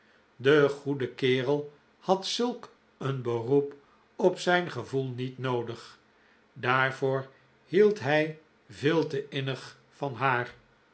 de goeie kerel had zulk een beroep op zijn gevoel niet noodig daarvoor hield hij veel te innig van haar